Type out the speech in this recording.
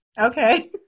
Okay